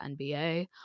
NBA